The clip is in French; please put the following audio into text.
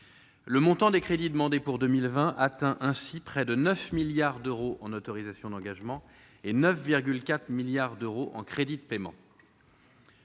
le montant des crédits demandés pour 2020 atteint ainsi près de 9 milliards d'euros en autorisations d'engagement et 9,4 milliards d'euros en crédits de paiement,